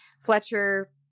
Fletcher